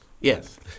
Yes